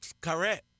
correct